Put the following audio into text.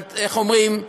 איך אומרים,